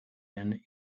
and